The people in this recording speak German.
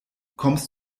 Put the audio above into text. kommst